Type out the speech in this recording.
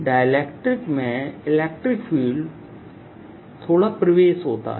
dielectric में electric field थोड़ा प्रवेश होता है